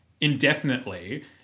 indefinitely